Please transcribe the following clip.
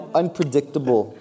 unpredictable